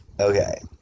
Okay